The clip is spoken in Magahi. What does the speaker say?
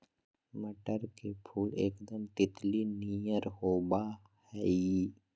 मटर के फुल एकदम तितली नियर होबा हइ